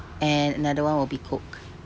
and another one will be coke